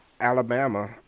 Alabama